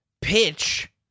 pitch